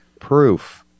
proof